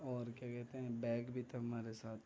اور کیا کہتے ہیں بیگ بھی تھا ہمارے ساتھ